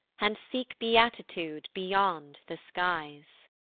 and seek beatitude beyond the skies.